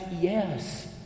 Yes